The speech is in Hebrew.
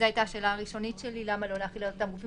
והשאלה הראשונית שלי הייתה למה לא להחיל על אותם גופים